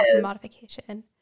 modification